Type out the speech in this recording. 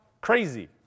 crazy